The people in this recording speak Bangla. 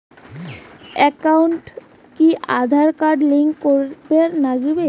একাউন্টত কি আঁধার কার্ড লিংক করের নাগে?